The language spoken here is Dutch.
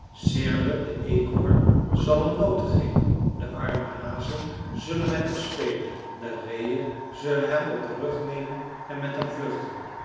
sirle de eekhoorn zal hem noten geven de arme hazen zullen met hem spelen de reeën zullen hem op den rug nemen en met hem vluchten